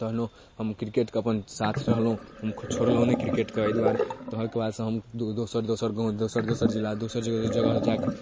तहन ओ हम किरकेटके अपन साथ रहलहुँ हम छोड़लहुँ नहि किरकेटके एहि दुआरे शहरके बादसँ हम दोसर दोसर गाम दोसर दोसर जिला दोसर दोसर जगह जाकऽ खेलाइ छलहुँ